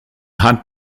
hat